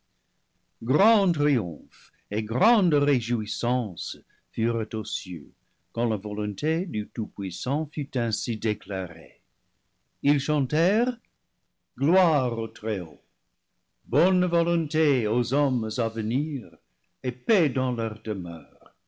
grand triomphe et grande réjouissance furent aux cieux quand la volonté du tout puîssant fut ainsi déclarée ils chantèrent gloire au très-haut bonne volonté aux hommes à venir et paix dans leur demeure